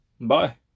Bye